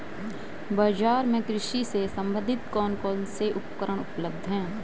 बाजार में कृषि से संबंधित कौन कौन से उपकरण उपलब्ध है?